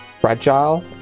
fragile